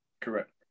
Correct